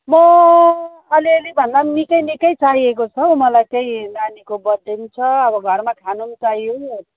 म अलिअलि भन्दा पनि निकै निकै चाहिएको छ हौ मलाई चाहिँ नानीको बर्थडे पनि छ अब घरमा खानु पनि चाहियो